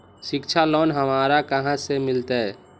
शिक्षा लोन हमरा कहाँ से मिलतै?